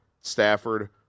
Stafford